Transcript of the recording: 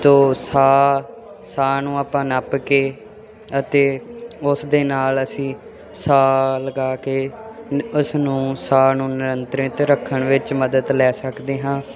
ਤੋ ਸਾ ਸਾ ਨੂੰ ਆਪਾਂ ਨੱਪ ਕੇ ਅਤੇ ਉਸ ਦੇ ਨਾਲ ਅਸੀਂ ਸਾ ਲਗਾ ਕੇ ਉਸਨੂੰ ਸਾਹ ਨੂੰ ਨਿਰੰਤਰਿਤ ਰੱਖਣ ਵਿੱਚ ਮਦਦ ਲੈ ਸਕਦੇ ਹਾਂ